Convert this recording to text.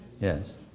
yes